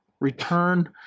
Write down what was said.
return